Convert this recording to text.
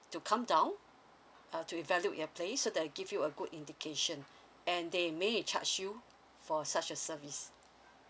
to come down uh to evaluate your place so that it give you a good indication and they may it charge you for such a service